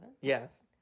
Yes